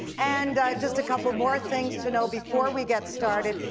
and just a couple more things to note before we get started.